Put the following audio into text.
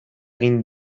egin